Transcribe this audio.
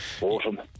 autumn